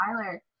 Tyler